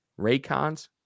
Raycons